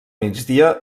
migdia